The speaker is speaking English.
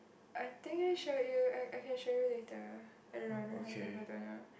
I think I showed you I I can show you later I don't know I don't have the photo now